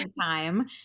time